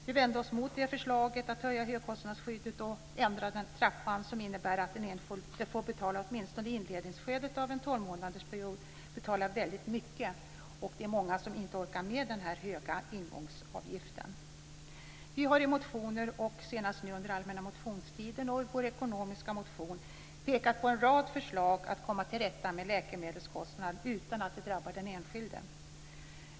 Vi vände oss mot förslaget att höja högkostnadsskyddet och att ändra trappan, som innebär att den enskilde åtminstone i inledningsskedet av en 12 månadersperiod får betala väldigt mycket. Det är många som inte orkar med den höga ingångsavgiften. Vi har i motioner och senast nu under den allmänna motionstiden och i vår ekonomiska motion pekat på en rad förslag för att komma till rätta med läkemedelskostnaderna utan att det drabbar den enskilde.